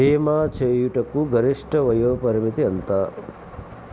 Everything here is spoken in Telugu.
భీమా చేయుటకు గరిష్ట వయోపరిమితి ఎంత?